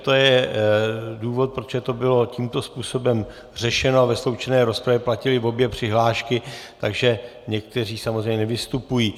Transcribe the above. To je důvod, protože to bylo tímto způsobem řešeno a ve sloučené rozpravě platily obě přihlášky, takže někteří samozřejmě nevystupují.